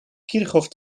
kirchhoff